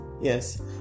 yes